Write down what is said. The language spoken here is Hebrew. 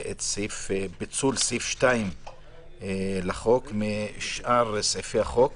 את פיצול סעיף 2 לחוק משאר סעיפי החוק.